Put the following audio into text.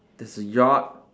there's a yard